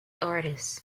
artist